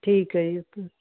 ਠੀਕ ਹੈ ਜੀ